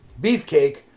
Beefcake